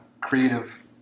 creative